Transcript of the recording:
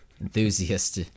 Enthusiast